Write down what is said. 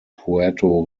puerto